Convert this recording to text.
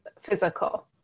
physical